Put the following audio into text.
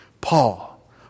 Paul